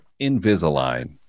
Invisalign